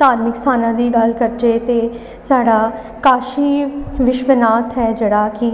धार्मिक स्थानां दी गल्ल करचै ते साढ़ा काशी विश्वनाथ ऐ जेह्ड़ा की